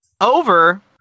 over